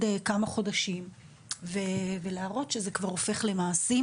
כמה חודשים ולהראות שזה כבר הופך למעשים.